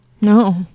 No